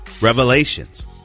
Revelations